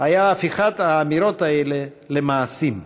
היה הפיכת האמירות האלה למעשים.